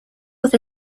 with